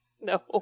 no